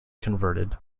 converted